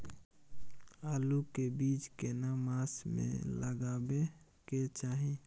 आलू के बीज केना मास में लगाबै के चाही?